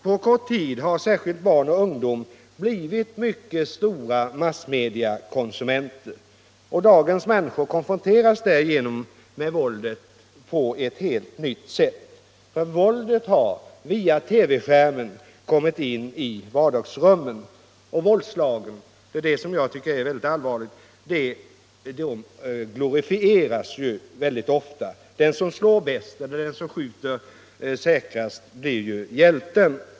På kort tid har särskilt barn och ungdom blivit mycket stora massmediekonsumenter, och dagens människor konfronteras med våldet på ett helt nytt sätt. Våldet har nämligen via TV-skärmen kommit in vardagsrummen, och våldsinslagen — det är det jag tycker är mycket allvarligt — glorifieras mycket ofta. Den som slår bäst eller skjuter säkrast blir hjälten.